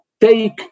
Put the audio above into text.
take